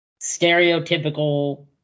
stereotypical